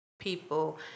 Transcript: people